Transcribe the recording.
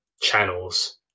channels